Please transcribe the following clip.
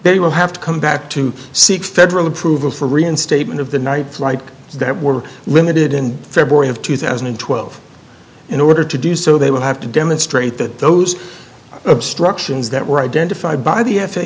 they will have to come back to seek federal approval for reinstatement of the night flight that we're limited in february of two thousand and twelve in order to do so they would have to demonstrate that those obstructions that were identified by the